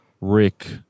Rick